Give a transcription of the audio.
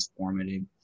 transformative